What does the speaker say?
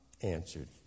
answered